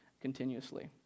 continuously